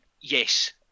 yes